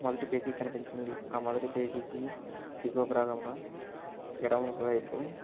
మొదటి పేజీ కనిపించింది ఆ మొదటి పేజీకి దిగువ భాగమున ఎడమ వైపు